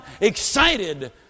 excited